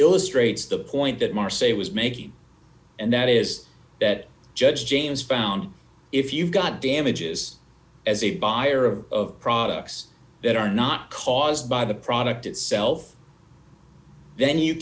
illustrates the point that more say was making and that is that judge james found if you've got damages as a buyer of products that are not caused by the product itself then you